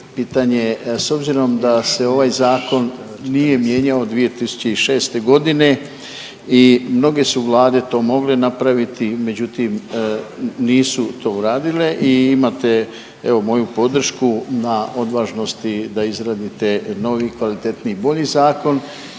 pitanje, s obzirom da se ovaj Zakon nije mijenjao od 2006. g. i mnoge su Vlade to mogle napraviti, međutim, nisu to uradile i imate, evo, moji podršku na odvažnosti da izradite novi, kvalitetniji i bolji zakon